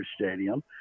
Stadium